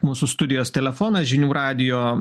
mūsų studijos telefonas žinių radijo